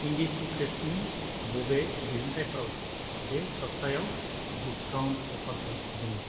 इन्डिसिक्रेत्सनि बबे दिहुनथाइफोराव बे सप्थायाव डिसकाउन्ट अफारफोर दङ